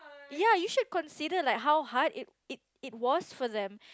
ya you should consider like how hard it it it was for them